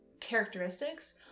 characteristics